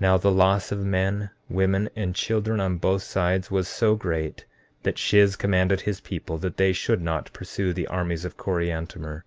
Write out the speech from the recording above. now the loss of men, women and children on both sides was so great that shiz commanded his people that they should not pursue the armies of coriantumr